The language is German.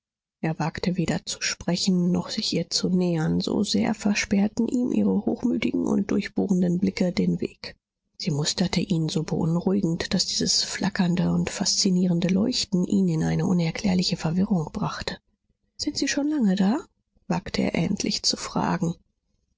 er wagte weder zu sprechen noch sich ihr zu nähern so sehr versperrten ihm ihre hochmütigen und durchbohrenden blicke den weg sie musterte ihn so beunruhigend daß dieses flackernde und faszinierende leuchten ihn in eine unerklärliche verwirrung brachte sind sie schon lange da wagte er endlich zu fragen